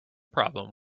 problem